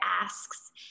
asks